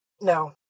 No